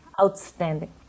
outstanding